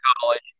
college